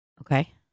Okay